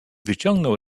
wyciągnął